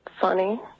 Funny